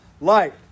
light